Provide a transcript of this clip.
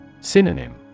Synonym